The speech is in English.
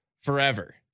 forever